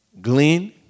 glean